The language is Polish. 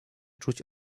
czuć